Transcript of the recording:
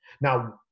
Now